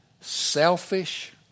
selfish